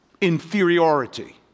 inferiority